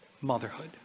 motherhood